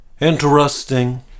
Interesting